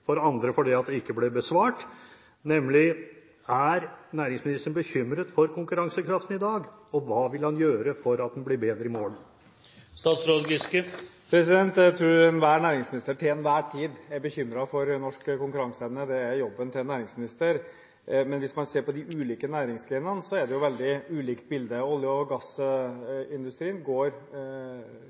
for det andre fordi det ikke ble besvart: Er næringsministeren bekymret for konkurransekraften i dag, og hva vil han gjøre for at den blir bedre i morgen? Jeg tror enhver næringsminister til enhver tid er bekymret for norsk konkurranseevne. Det er jobben til en næringsminister. Men hvis man ser på de ulike næringsgrenene, er det et veldig ulikt bilde. Olje- og gassindustrien går